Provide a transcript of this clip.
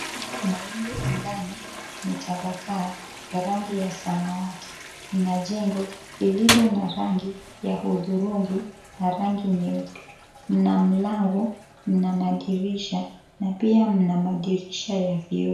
Mawingu angani yametapakaa ya rangi ya samawati. Mna jengo lililo na rangi ya hudhurungi na rangi nyeupe. Mna mlango, mna madirisha na pia mna madirisha ya vioo.